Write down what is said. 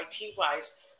IT-wise